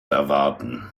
erwarten